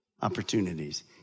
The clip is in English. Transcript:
opportunities